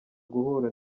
guhura